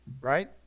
right